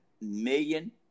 million